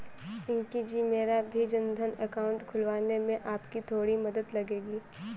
पिंकी जी मेरा भी जनधन अकाउंट खुलवाने में आपकी थोड़ी मदद लगेगी